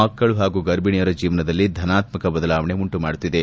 ಮಕ್ಕಳು ಹಾಗೂ ಗರ್ಭಿಣಿಯರ ಜೀವನದಲ್ಲಿ ಧನಾತ್ಮಕ ಬದಲಾವಣೆ ಉಂಟುಮಾಡುತ್ತಿದೆ